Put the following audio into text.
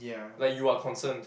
like you are concerned